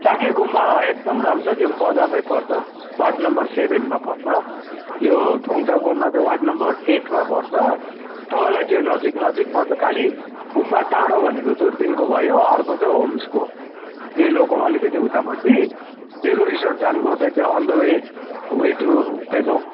शाक्य गुम्बा एकदम राम्रो छ त्यो पनि बजारमै पर्छ वार्ड नम्बर सेबेनमा पर्छ यो ठोङ्सा गुम्बा चाहिँ वार्ड नम्बर एटमा पर्छ तपाईँलाई त्यो नजिक नजिक पर्छ खालि गुम्बा टाडो भनेको दुर्बिनको भयो अर्को चाहिँ होम्सको डेलोको अलिकति उतापट्टि डेलो रिसोर्ट जानु पर्दैन on the way way to Pedong